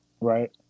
right